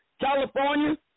California